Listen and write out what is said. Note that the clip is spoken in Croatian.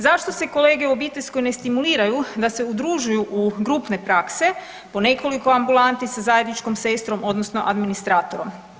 Zašto se kolege u obiteljskoj ne stimuliraju da se udružuju u grupne prakse, po nekoliko ambulanti sa zajedničkom sestrom odnosno administratorom?